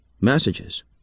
messages